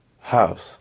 House